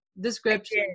description